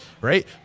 right